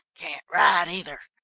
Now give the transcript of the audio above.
can't write, either.